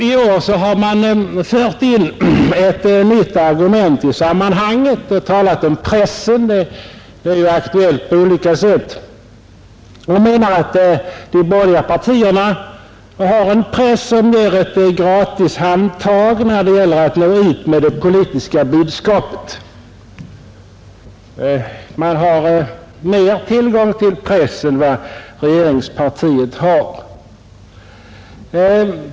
I år har man fört in ett nytt argument i detta sammanhang och talat om pressen — det är ju aktuellt på olika sätt — och menar att de borgerliga partierna har en press som ger ett extra handtag när det gäller att nå ut med det politiska budskapet. Man skulle alltså ha större tillgång till press än vad regeringspartiet har.